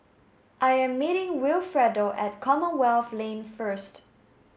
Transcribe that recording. I am meeting Wilfredo at Commonwealth Lane first